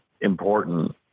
important